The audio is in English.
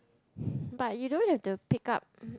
but you don't have to pick up